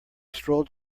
strolled